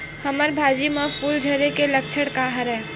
हमर भाजी म फूल झारे के लक्षण का हरय?